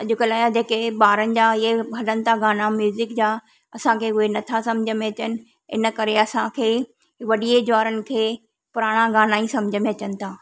अॼु कल्ह या जेके ॿारनि जा इहे हलनि था गाना म्यूज़िक जा असांखे इहे नथा समुझ में अचनि इनकरे असांखे वॾी एज वारनि खे पुराणा गाना ई समुझ में अचनि था